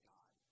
God